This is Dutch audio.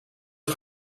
het